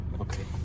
Okay